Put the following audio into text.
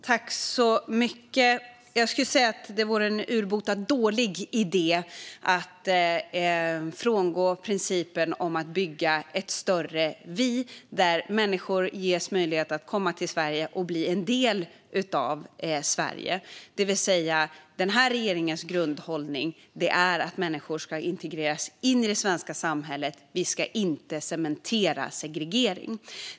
Herr talman! Det vore en urbota dålig idé att frångå principen om att bygga ett större "vi" där människor ges möjlighet att komma till Sverige och bli en del av Sverige. Den här regeringens grundhållning är att människor ska integreras in i det svenska samhället. Vi ska inte cementera segregering.